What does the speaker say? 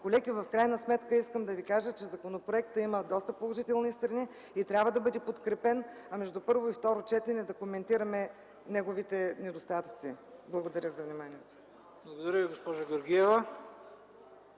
Колеги, в крайна сметка искам да ви кажа, че законопроектът има доста положителни страни и трябва да бъде подкрепен, а между първо и второ четене да коментираме неговите недостатъци. Благодаря за вниманието. ПРЕДСЕДАТЕЛ ХРИСТО БИСЕРОВ: